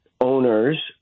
owners